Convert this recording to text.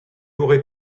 aurais